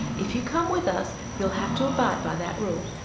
if you come with us you'll have to abide by that rule.